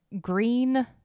green